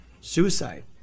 suicide